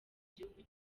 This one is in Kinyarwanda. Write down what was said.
gihugu